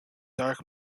dark